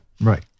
Right